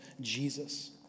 Jesus